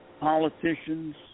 politicians